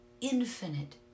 infinite